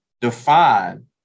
define